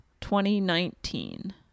2019